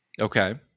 Okay